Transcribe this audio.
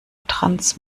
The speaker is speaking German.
trans